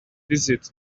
visit